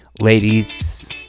Ladies